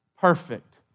perfect